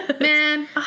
Man